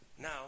Now